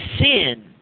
sin